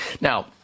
Now